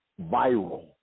viral